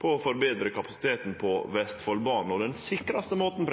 på å forbetre kapasiteten på Vestfoldbanen. Den sikraste måten